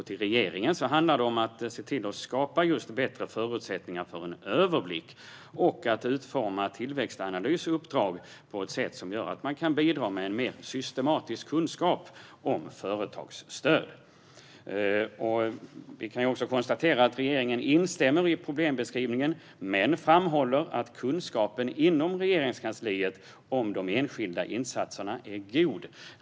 För regeringen handlar det om att skapa bättre förutsättningar för en överblick och att utforma Tillväxtanalys uppdrag på ett sätt som gör att myndigheten kan bidra med en mer systematisk kunskap om företagsstöd. Regeringen instämmer i problembeskrivningen men framhåller att kunskapen inom Regeringskansliet om de enskilda insatserna är god.